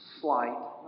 slight